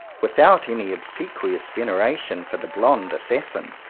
without any obsequious veneration for the blond assassin.